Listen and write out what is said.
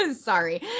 sorry